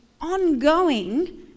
ongoing